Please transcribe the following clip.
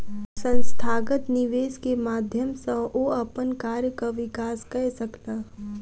संस्थागत निवेश के माध्यम सॅ ओ अपन कार्यक विकास कय सकला